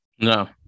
No